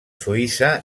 suïssa